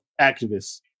activists